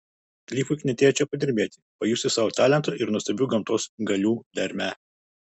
klifui knietėjo čia padirbėti pajusti savo talento ir nuostabių gamtos galių dermę